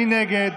מי נגד?